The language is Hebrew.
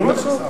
לא נחסך.